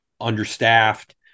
understaffed